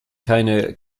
keine